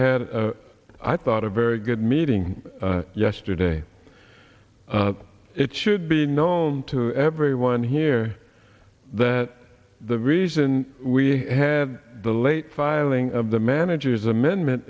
had i thought a very good meeting yesterday it should be known to everyone here that the reason we had the late filing of the manager's amendment